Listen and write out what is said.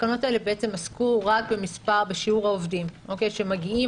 התקנות האלה בעצם עסקו רק בשיעור העובדים שמגיעים.